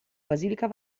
basilica